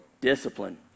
Discipline